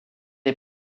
est